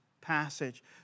passage